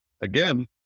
again